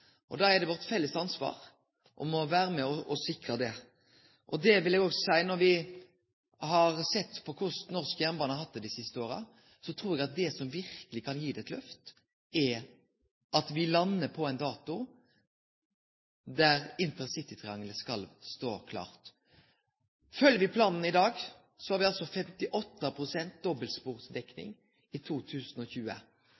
Da er det vårt felles ansvar å vere med og sikre det. Når me har sett på korleis norsk jernbane har hatt det dei siste åra, trur eg at det som verkeleg kan gi dette eit lyft, er at me landar på ein dato for når intercitytriangelet skal stå klart. Følgjer me planen i dag, har